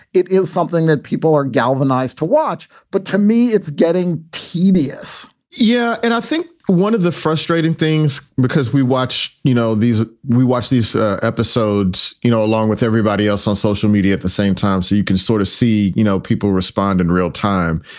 it is something that people are galvanized to watch. but to me, it's getting tedious yeah. and i think one of the frustrating things, because we watch, you know, these we watch these ah episodes, you know, along with everybody else on social media at the same time. so you can sort of see, you know, people respond in real time.